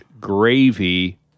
gravy